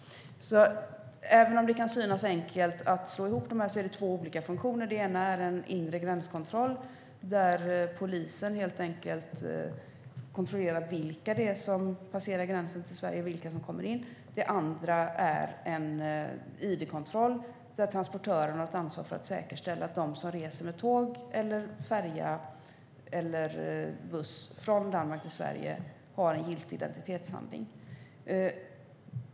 Även om det kan synas enkelt att slå ihop dessa är det fråga om två olika funktioner. Den ena är en inre gränskontroll där polisen helt enkelt kontrollerar vilka det är som passerar gränsen till Sverige och vilka som kommer in. Den andra är en id-kontroll där transportören har ett ansvar för att säkerställa att de som reser med tåg, färja eller buss från Danmark till Sverige har en giltig identitetshandling.